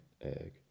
egg